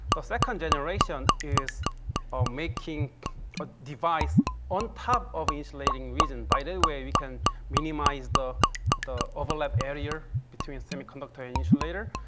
the second generation is ah making a device on top of insulating region. by that way, we can minimize the the overlap area between semiconductor and insulator.